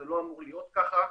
זה לא אמור להיות ככה.